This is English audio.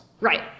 Right